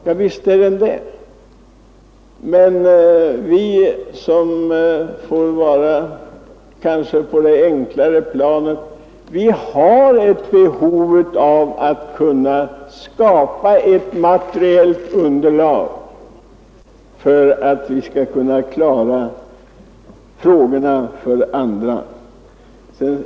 Ja, visst är den det, men vi som får vara på det enklare planet har ett behov av att kunna skapa ett materiellt underlag för att kunna klara frågorna för andra.